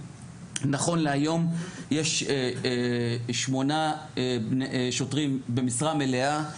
נכון להיום יש שמונה שוטרים במשרה מלאה,